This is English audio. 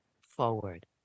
forward